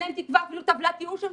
אני